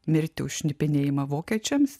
mirti už šnipinėjimą vokiečiams